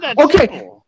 Okay